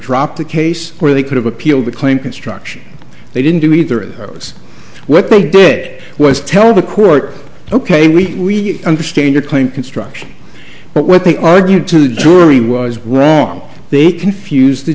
dropped the case where they could have appealed the claim construction they didn't do either of those what they did was tell the court ok we understand your claim construction but what they argued to the jury was wrong they confuse the